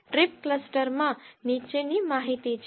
trip ક્લસ્ટરમાં નીચેની માહિતી છે